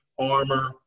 armor